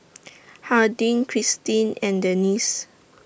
Hardin Krystin and Dennis